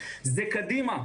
זה קדימה.